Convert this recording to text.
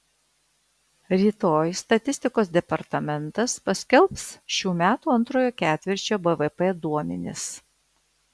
rytoj statistikos departamentas paskelbs šių metų antrojo ketvirčio bvp duomenis